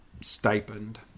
stipend